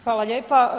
Hvala lijepa.